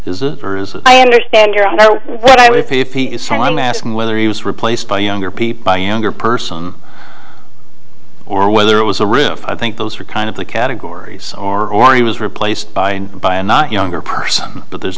that if he is saying i'm asking whether he was replaced by younger people younger person or whether it was a riff i think those are kind of the categories are or he was replaced by by a not younger person but there's